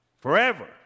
forever